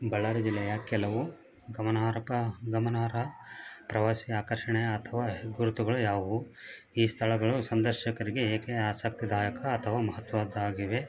ಬಳ್ಳಾರಿ ಜಿಲ್ಲೆಯ ಕೆಲವು ಗಮನಾರ್ಹಕ ಗಮನಾರ್ಹ ಪ್ರವಾಸಿ ಆಕರ್ಷಣೆ ಅಥವಾ ಹೆಗ್ಗುರುತುಗಳು ಯಾವುವು ಈ ಸ್ಥಳಗಳು ಸಂದರ್ಶಕರಿಗೆ ಏಕೆ ಆಸಕ್ತಿದಾಯಕ ಅಥವ ಮಹತ್ವದ್ದಾಗಿವೆ